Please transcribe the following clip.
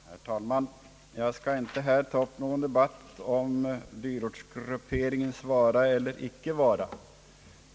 Herr talman! Jag skall inte ta upp någon debatt om dyrortsgrupperingens vara eller icke vara.